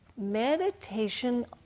meditation